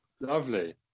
Lovely